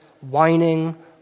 whining